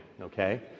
okay